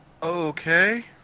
Okay